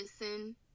listen